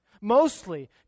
Mostly